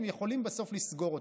הם יכולים בסוף לסגור אותה.